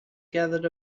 gathered